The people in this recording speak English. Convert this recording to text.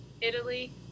Italy